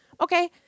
Okay